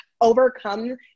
overcome